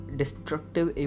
destructive